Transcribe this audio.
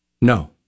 No